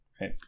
Right